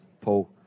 Paul